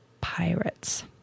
pirates